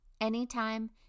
anytime